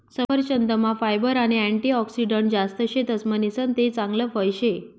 सफरचंदमा फायबर आणि अँटीऑक्सिडंटस जास्त शेतस म्हणीसन ते चांगल फळ शे